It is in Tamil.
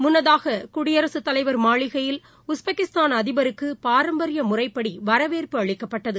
முன்னதாககுடியரசுத் தலைவர் மாளிகையில் உஸ்பெக்கிஸ்தான் அ்திபருக்குபாரம்பரியமுறைப்படிவரவேற்பு அளிக்கப்பபட்டது